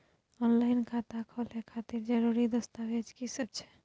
Online खाता खोले खातिर जरुरी दस्तावेज की सब छै?